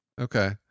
okay